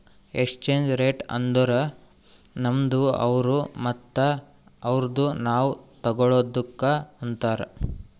exchange rate ಅಂದುರ್ ನಮ್ದು ಅವ್ರು ಮತ್ತ ಅವ್ರುದು ನಾವ್ ತಗೊಳದುಕ್ ಅಂತಾರ್